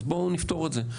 אז בואו נפתור את זה,